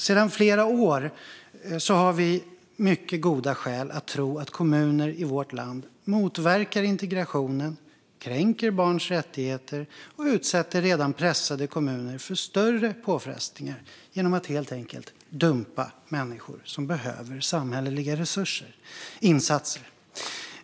Sedan flera år har vi mycket goda skäl att tro att kommuner i vårt land motverkar integrationen, kränker barns rättigheter och utsätter redan pressade kommuner för stora påfrestningar genom att helt enkelt dumpa människor som behöver samhälleliga insatser.